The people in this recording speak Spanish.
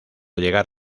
llegar